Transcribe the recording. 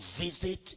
visit